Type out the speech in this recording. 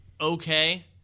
okay